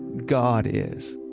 god is.